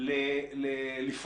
לגבי היום מה שאמרת,